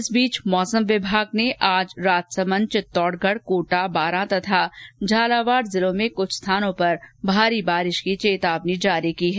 इस बीच मौसम विभाग ने आज राजसमंद चित्तौडगढ़ कोटा बांरा तथा झालावाड़ जिलों में कुछ स्थानों पर भारी बारिश की चेतावनी जारी की है